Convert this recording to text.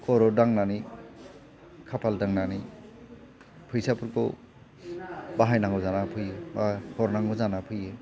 खर' दांनानै खाफाल दांनानै फैसाफोरखौ बाहायनांगौ जानानै फैयो बा हरनांगौ जानानै फैयो